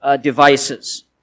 devices